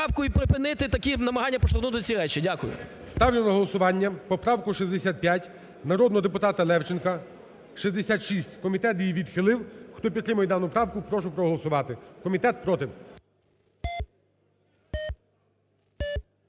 і припинити такі намагання проштовхнути ці речі. Дякую. ГОЛОВУЮЧИЙ. Ставлю на голосування поправку 65 народного депутата Левченка. 66! Комітет її відхилив. Хто підтримує дану правку, прошу проголосувати. Комітет проти.